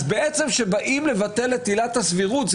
אז כשבאים לבטל את עילת הסבירות,